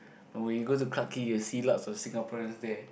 but when you go to Clarke-Quay you will see lots of Singaporeans there